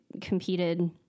competed